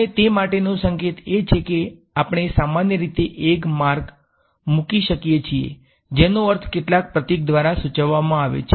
અને તે માટેનો સંકેત એ છે કે આપણે સામાન્ય રીતે એક માર્ગ મૂકી શકીએ છીએ જેનો અર્થ કેટલાક પ્રતીક દ્વારા સૂચવવામાં આવે છે